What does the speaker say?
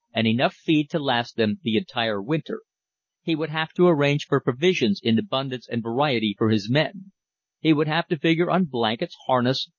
and enough feed to last them the entire winter he would have to arrange for provisions in abundance and variety for his men he would have to figure on blankets, harness,